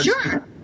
Sure